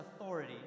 authority